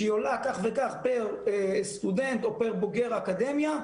שעולה כך וכך פר סטודנט או פר בוגר אקדמיה,